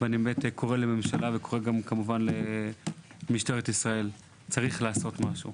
ואני קורא לממשלה ולמשטרת ישראל ואומר שצריך לעשות משהו.